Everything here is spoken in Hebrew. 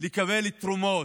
לקבל תרומות,